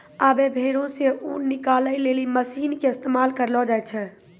आबै भेड़ो से ऊन निकालै लेली मशीन के इस्तेमाल करलो जाय छै